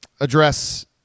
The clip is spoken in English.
address